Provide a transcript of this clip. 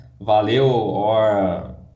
valeu